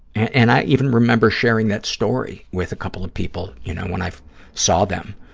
and i even remember sharing that story with a couple of people, you know, when i saw them,